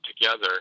together